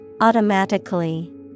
Automatically